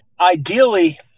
ideally